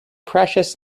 precious